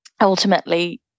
ultimately